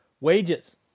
Wages